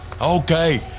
okay